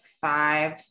five